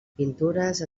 pintures